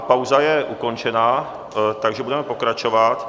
Pauza je ukončena, takže budeme pokračovat.